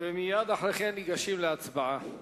ומייד לאחר מכן ניגש להצבעה.